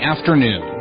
Afternoon